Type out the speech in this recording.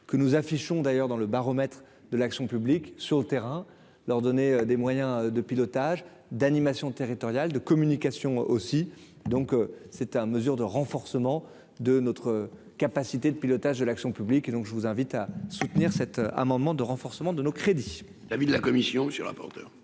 que nous affichons, d'ailleurs, dans le baromètre de l'action publique, sur le terrain, leur donner des moyens de pilotage d'animation territoriale de communication aussi, donc c'était un mesures de renforcement de notre capacité de pilotage de l'action publique et donc je vous invite à soutenir cet amendement de renforcement de nos crédits. L'avis de la commission, monsieur le rapporteur.